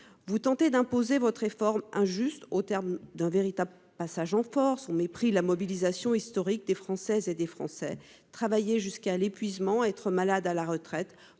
Vous tentez d'imposer votre réforme injuste au terme d'un véritable passage en force et au mépris de la mobilisation historique des Français. Travailler jusqu'à l'épuisement, être malade à la retraite